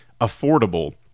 affordable